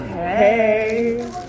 hey